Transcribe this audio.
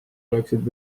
oleksid